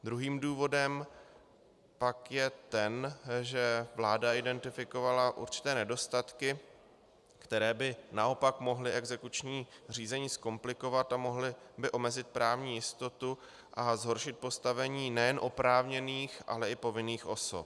Druhým důvodem pak je ten, že vláda identifikovala určité nedostatky, které by naopak mohly exekuční řízení zkomplikovat a mohly by omezit právní jistotu a zhoršit postavení nejen oprávněných, ale i povinných osob.